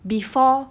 before